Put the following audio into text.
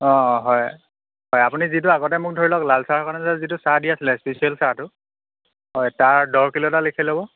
অ' অ' হয় হয় আপুনি যিটো আগতে মোক ধৰি লওক লাল চাহৰ কাৰণে যে যিটো চাহ দি আছিলে স্পেচিয়েল চাহটো হয় তাৰ দহ কিলো এটা লিখি ল'ব